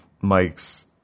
mike's